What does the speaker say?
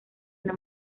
una